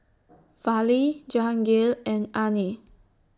Fali Jahangir and Anil